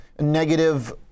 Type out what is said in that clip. negative